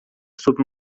sobre